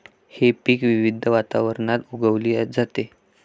हे पीक विविध वातावरणात उगवली जाते